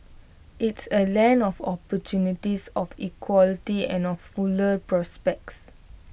it's A land of opportunities of equality and of fuller prospects